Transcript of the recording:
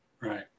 Right